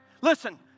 Listen